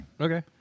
Okay